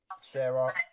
Sarah